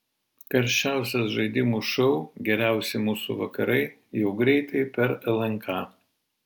karščiausias žaidimų šou geriausi mūsų vakarai jau greitai per lnk